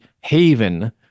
Haven